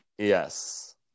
Yes